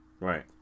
right